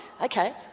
Okay